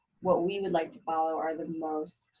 what we would like to follow are the most